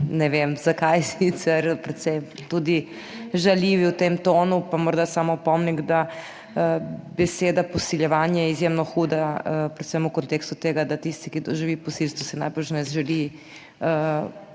ne vem zakaj sicer precej tudi žaljivi v tem tonu pa morda samo opomnik, da beseda posiljevanje izjemno huda, predvsem v kontekstu tega, da tisti, ki doživi posilstvo, si najbrž ne želi